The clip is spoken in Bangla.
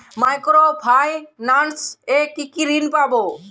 মাইক্রো ফাইন্যান্স এ কি কি ঋণ পাবো?